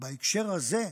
בהקשר הזה,